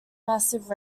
massive